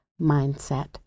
mindset